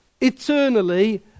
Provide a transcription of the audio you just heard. eternally